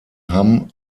hamm